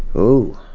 oouu.